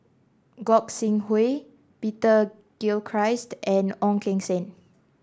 Gog Sing Hooi Peter Gilchrist and Ong Keng Sen